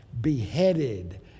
beheaded